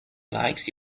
likes